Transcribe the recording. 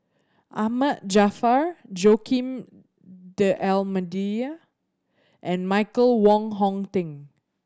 Ahmad Jaafar Joaquim D'Almeida and Michael Wong Hong Teng